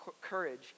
courage